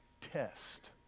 test